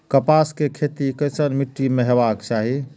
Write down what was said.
कपास के खेती केसन मीट्टी में हेबाक चाही?